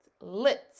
lit